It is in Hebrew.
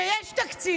כשיש תקציב,